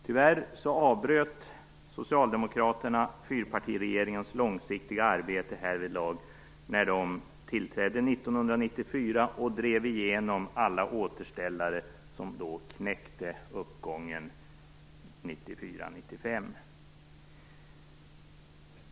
Tyvärr avbröt Socialdemokraterna fyrpartiregeringens långsiktiga arbete härvidlag när de tillträdde 1994 och drev igenom alla återställare som då knäckte uppgången 1994-1995.